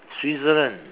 Switzerland